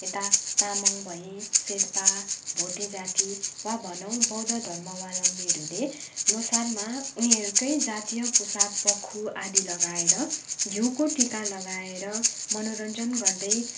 यता तामाङ भए सेर्पा भोटे जाति वा भनौँ बौद्ध धर्मावलम्बीहरूले लोसारमा उनीहरूकै जातीय पोसाक बख्खु आदि लगाएर घिउको टिका लगाएर मनोरञ्जन गर्दै